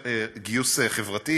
גיוס חברתי,